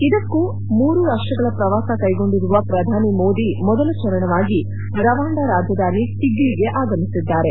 ಇದಕ್ಕೂ ಮೂರು ರಾಷ್ಷಗಳ ಪ್ರವಾಸ ಕ್ಲೆಗೊಂಡಿರುವ ಪ್ರಧಾನಿ ಮೋದಿ ಮೊದಲ ಚರಣವಾಗಿ ರುವಾಂಡ ರಾಜಧಾನಿ ಕಿಗ್ಸಿಗೆ ಆಗಮಿಸಿದ್ದಾರೆ